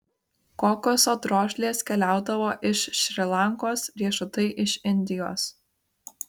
kokoso drožlės keliaudavo iš šri lankos riešutai iš indijos